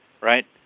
right